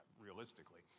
realistically